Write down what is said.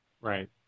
Right